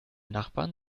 nachbarn